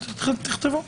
אז תכתבו.